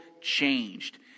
changed